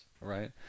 right